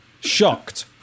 shocked